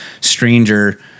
stranger